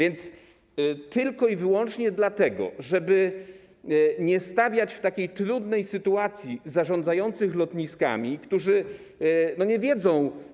Jest to tylko i wyłącznie dlatego, żeby nie stawiać w takiej trudnej sytuacji zarządzających lotniskami, którzy tego nie wiedzą.